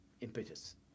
impetus